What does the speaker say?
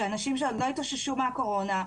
שאנשים עוד לא התאוששו מהקורונה,